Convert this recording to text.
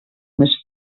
més